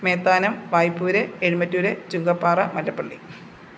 Methanam Vaipur Ezhumattoor Chunkappara Mallappally